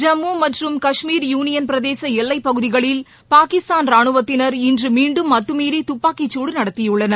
ஜம்மு மற்றும் கஷ்மீர் யூனியன் பிரதேச எல்லைப் பகுதிகளில் பாகிஸ்தான் ரானுவத்தினர் இன்று மீண்டும் அத்துமீறி துப்பாக்கிச்சூடு நடத்தியுள்ளனர்